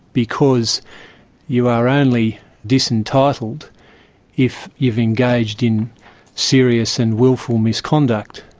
because you are only disentitled if you have engaged in serious and wilful misconduct,